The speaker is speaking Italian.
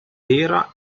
era